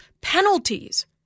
penalties